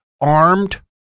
armed